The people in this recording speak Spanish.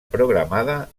programada